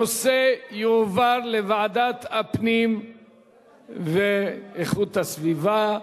הנושא יועבר לוועדת הפנים והגנת הסביבה.